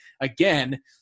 again